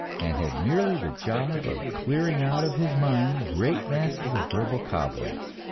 and had merely the job of clearing out of his mind great masses of verbal cobwebs.